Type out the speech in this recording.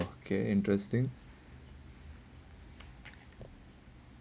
okay interesting